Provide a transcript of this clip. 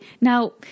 Now